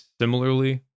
similarly